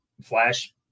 flash